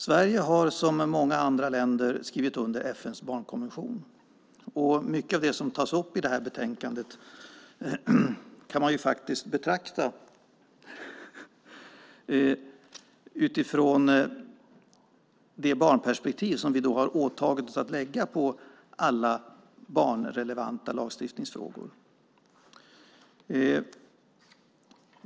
Sverige har som många andra länder skrivit under FN:s barnkonvention. Mycket av det som tas upp i det här betänkandet kan man faktiskt betrakta utifrån det barnperspektiv som vi har åtagit oss att lägga på alla barnrelevanta lagstiftningsfrågor.